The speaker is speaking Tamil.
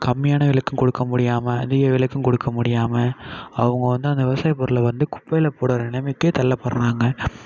கம்மியான விலைக்கும் கொடுக்க முடியாமல் அதிக விலைக்கும் கொடுக்க முடியாமல் அவங்க வந்து அந்த விவசாய பொருளை வந்து குப்பையில் போடுகிற நிலைமைக்கு தள்ளப்படுறாங்க